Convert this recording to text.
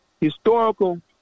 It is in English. historical